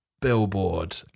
billboard